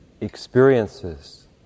experiences